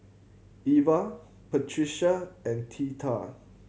Iva Patricia and Theta